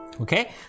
Okay